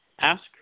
ask